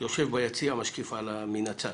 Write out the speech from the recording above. יושב ביציע, משקיף מן הצד.